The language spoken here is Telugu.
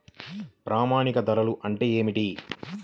ప్రామాణిక ధరలు అంటే ఏమిటీ?